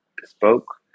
bespoke